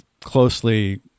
closely